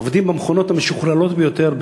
עובדים במכונות המשוכללות ביותר,